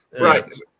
Right